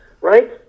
right